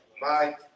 Bye